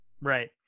Right